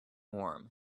warm